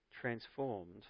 transformed